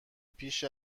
پیش